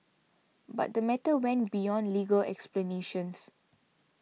but the matter went beyond legal explanations